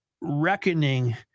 reckoning